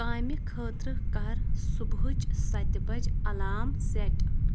کامہِ خٲطرٕ کر صُبحٕچ سَتہِ بجہِ الام سیٹ